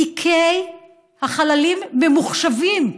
תיקי החללים ממוחשבים.